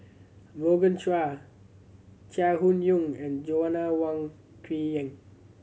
Morgan Chua Chai Hon Yoong and Joanna Wong Quee Heng